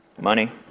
Money